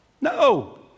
No